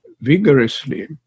vigorously